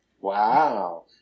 Wow